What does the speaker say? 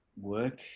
work